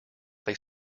they